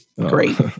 Great